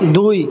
দুই